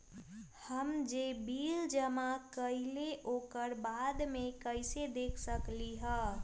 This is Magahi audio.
हम जे बिल जमा करईले ओकरा बाद में कैसे देख सकलि ह?